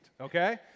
okay